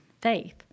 faith